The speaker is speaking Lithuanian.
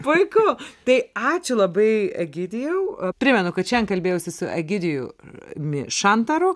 puiku tai ačiū labai egidijau primenu kad šiandien kalbėjausi su egidijumi šantaru